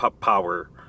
power